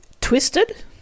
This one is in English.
Twisted